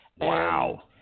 Wow